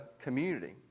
community